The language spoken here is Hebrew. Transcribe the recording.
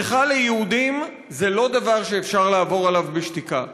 בריכה ליהודים זה לא דבר שאפשר לעבור עליו בשתיקה.